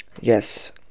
yes